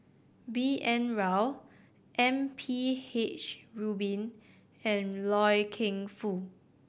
B N Rao M P H Rubin and Loy Keng Foo